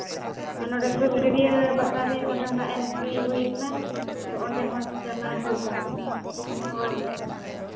ᱟᱨ ᱱᱚᱥᱮ ᱥᱳᱞ ᱜᱟᱹᱲᱭᱟᱹ ᱯᱟᱛᱟᱨᱮ ᱚᱸᱰᱮ ᱦᱚᱸ ᱦᱟᱸᱜ ᱮᱱᱴᱨᱤ ᱦᱩᱭ ᱠᱟᱱᱟ ᱛᱚ ᱚᱸᱰᱮ ᱦᱚᱸ ᱪᱟᱞᱟᱜ ᱦᱩᱭᱩᱜᱼᱟ ᱦᱳᱭ